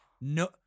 No